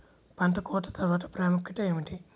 పంట కోత తర్వాత ప్రాముఖ్యత ఏమిటీ?